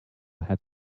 had